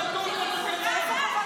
תוציאו אותה, בבקשה.